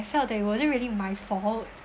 I felt that it wasn't really my fault